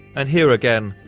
and here again,